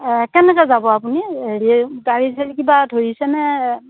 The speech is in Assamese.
অঁ কেনেকৈ যাব আপুনি হেৰি গাড়ী চাড়ী কিবা ধৰিছেনে